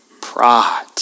Pride